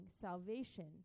salvation